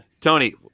Tony